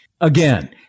Again